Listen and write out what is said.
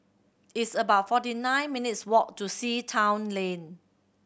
it's about forty nine minutes' walk to Sea Town Lane